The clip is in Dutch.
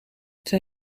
zij